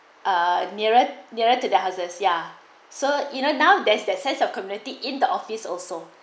ah nearer nearer to the has ya so you know now there's that sense of community in the office also